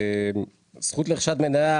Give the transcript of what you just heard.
זכות רכישת מנייה